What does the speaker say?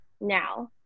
now